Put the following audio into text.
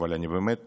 אבל אני באמת